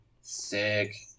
Sick